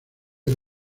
era